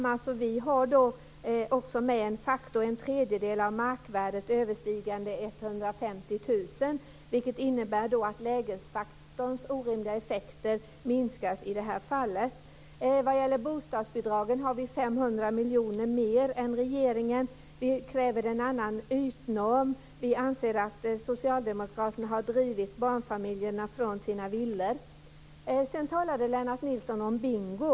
Vi har också med en faktor om att det gäller en tredjedel av markvärdet överstigande 150 000 kr, vilket innebär att lägesfaktorns orimliga effekter minskas i det här fallet. Vad gäller bostadsbidragen har vi 500 miljoner mer än regeringen. Vi kräver en annan ytnorm. Vi anser att socialdemokraterna har drivit barnfamiljerna från sina villor. Sedan talade Lennart Nilsson om bingo.